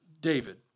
David